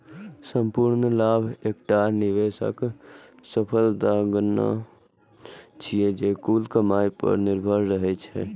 संपूर्ण लाभ एकटा निवेशक सफलताक गणना छियै, जे कुल कमाइ पर निर्भर रहै छै